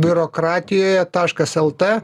biurokratijoje taškas lt